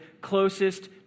closest